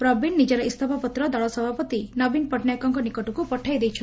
ପ୍ରବୀଣ ନିଜର ଇସ୍ତଫା ପତ୍ର ଦଳ ସଭାପତି ନବୀନ ପଟ୍ଟନାୟକଙ୍କ ନିକଟକୁ ପଠାଇଛନ୍ତି